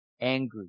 angry